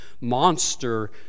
monster